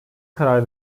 karar